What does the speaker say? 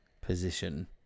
position